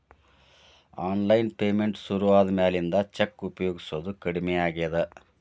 online payment ಶುರುವಾದ ಮ್ಯಾಲಿಂದ cheque ಉಪಯೊಗಸೋದ ಕಡಮಿ ಆಗೇದ